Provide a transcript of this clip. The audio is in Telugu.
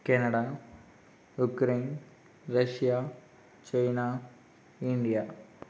Canada Ukraine Russia China India